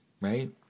right